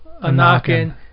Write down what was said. a-knockin